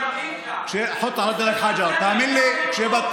(אומר בערבית: שים על שתי האוזניים שלך אבנים.) תאמין לי שבתחקירים,